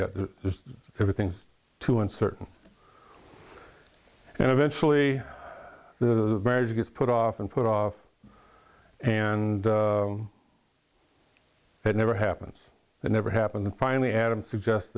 the everything's too uncertain and eventually the marriage gets put off and put off and it never happens it never happened and finally adam suggest